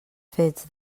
fets